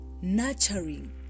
nurturing